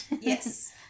Yes